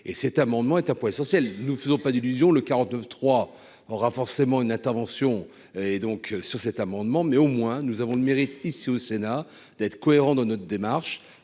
et cet amendement est un point essentiel : nous faisons pas d'illusions, le 3 aura forcément une intervention et donc sur cet amendement, mais au moins nous avons le mérite ici au Sénat d'être cohérents dans notre démarche